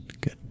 Good